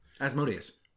Asmodeus